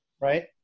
right